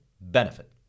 benefit